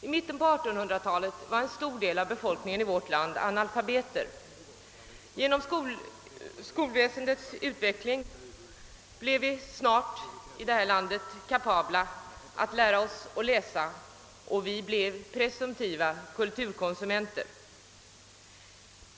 I mitten på 1800-talet var en stor del av befolkningen i vårt land analfabeter. Genom skolväsendets utveckling blev vi snart läskunniga och presumtiva kulturkonsumenter.